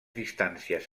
distàncies